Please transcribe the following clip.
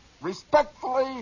respectfully